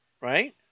right